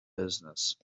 business